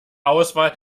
auswahl